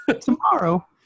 tomorrow